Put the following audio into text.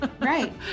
Right